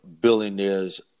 billionaires